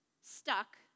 stuck